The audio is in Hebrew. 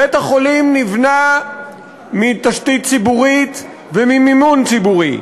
בית-החולים נבנה מתשתית ציבורית ובמימון ציבורי.